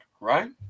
right